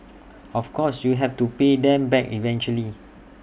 of course you have to pay them back eventually